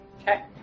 Okay